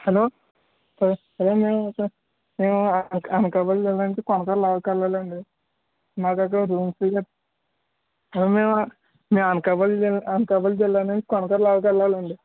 hello స hello మేము మేము అనకాపలి జిల్లా నుంచి కొనకారు లావు కెళ్ళాలండి మాకక రూమ్స్ మేము మేము అనకాపలి జల్లా అనకాపలి జిల్లా నుంచి కొనకారు లావక వెళ్ళాలండి